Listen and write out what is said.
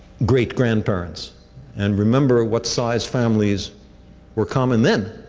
great grandparents and remember what size families were common then.